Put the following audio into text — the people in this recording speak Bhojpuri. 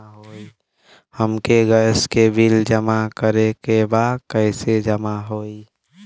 हमके गैस के बिल जमा करे के बा कैसे जमा होई?